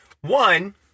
One